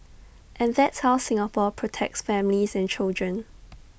and that's how Singapore protects families and children